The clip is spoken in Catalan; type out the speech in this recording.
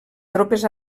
tropes